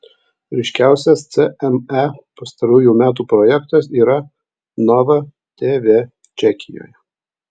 ryškiausias cme pastarųjų metų projektas yra nova tv čekijoje